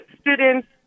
students